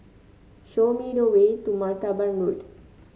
show me the way to Martaban Road